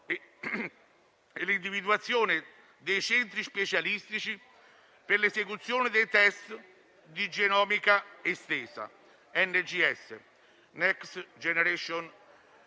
e l'individuazione dei centri specialistici per l'esecuzione dei *test* di genomica estesa (Next Generation